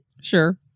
Sure